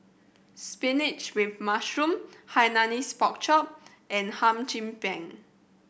spinach with mushroom Hainanese Pork Chop and Hum Chim Peng